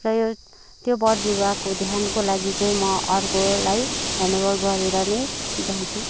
र यो त्यो बर बिरुवाको ध्यानको लागि चाहिँ म अर्कोलाई हेन्डओभर गरेर नै जान्छु